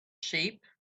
sheep